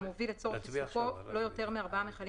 המוביל לצורך עיסוקו לא יותר מארבעה מכלים